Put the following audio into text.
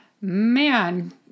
man